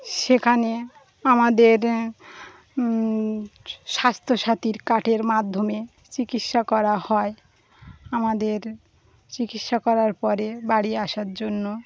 সেখানে আমাদের স্বাস্থ্যসাথীর কার্ডের মাধ্যমে চিকিৎসা করা হয় আমাদের চিকিৎসা করার পরে বাড়ি আসার জন্য